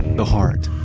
the heart,